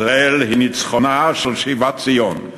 ישראל היא ניצחונה של שיבת ציון,